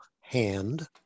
hand